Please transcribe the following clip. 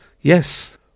Yes